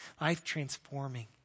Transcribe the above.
life-transforming